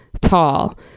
tall